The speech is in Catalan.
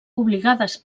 obligades